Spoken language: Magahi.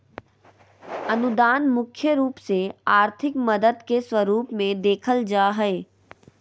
अनुदान मुख्य रूप से आर्थिक मदद के स्वरूप मे देखल जा हय